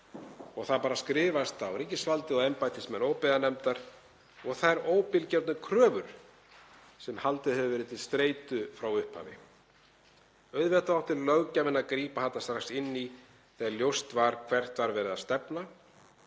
Það skrifast á ríkisvaldið og embættismenn óbyggðanefndar og þær óbilgjörnu kröfur sem haldið hefur verið til streitu frá upphafi. Auðvitað átti löggjafinn að grípa strax inn í þegar ljóst var hvert var verið að stefna